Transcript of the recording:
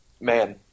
man